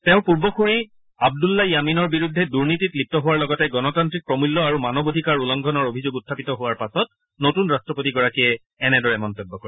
তেওঁৰ পূৰ্বসূৰী আব্দুল্লা য়ামিনৰ বিৰুদ্ধে দুনীতিত লিপ্ত হোৱাৰ লগতে গণতান্তিক প্ৰমূল্য আৰু মানৱ অধিকাৰ উলংঘণৰ অভিযোগ উখাপিত হোৱাৰ পাছত নতুন ৰাট্টপতিগৰাকীয়ে এনেদৰে মন্তব্য কৰে